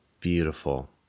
Beautiful